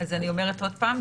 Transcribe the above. אז אני אומרת עוד פעם.